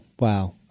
Wow